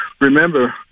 Remember